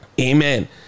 Amen